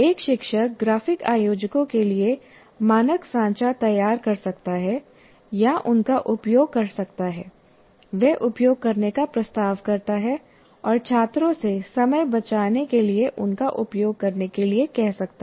एक शिक्षक ग्राफिक आयोजकों के लिए मानक सांचा तैयार कर सकता है या उनका उपयोग कर सकता है वह उपयोग करने का प्रस्ताव करता है और छात्रों से समय बचाने के लिए उनका उपयोग करने के लिए कह सकता है